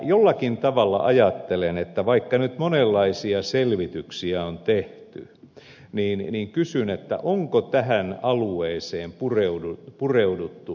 jollakin tavalla ajattelen että vaikka nyt monenlaisia selvityksiä on tehty niin kysyn onko tähän alueeseen pureuduttu riittävästi